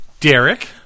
Derek